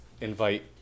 invite